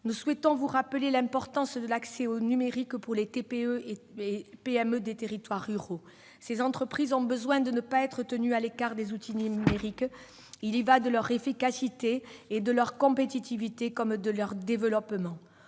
Nous souhaitons vous rappeler l'importance de l'accès au numérique pour les TPE et les PME des territoires ruraux. Ces entreprises ont besoin de ne pas être tenues à l'écart des outils numériques. Il en va de leur efficacité et de leur compétitivité comme de leur développement.